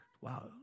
wow